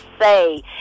say